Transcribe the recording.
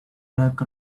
back